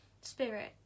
Spirit